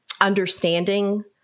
understanding